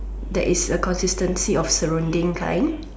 that is a consistency of surrounding kind